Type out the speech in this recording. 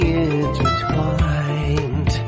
intertwined